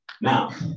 Now